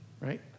right